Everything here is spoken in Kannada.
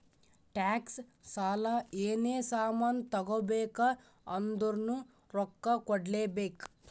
ಟ್ಯಾಕ್ಸ್, ಸಾಲ, ಏನೇ ಸಾಮಾನ್ ತಗೋಬೇಕ ಅಂದುರ್ನು ರೊಕ್ಕಾ ಕೂಡ್ಲೇ ಬೇಕ್